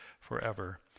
forever